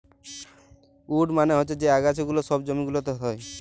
weed মালে হচ্যে যে আগাছা গুলা সব জমি গুলাতে হ্যয়